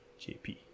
JP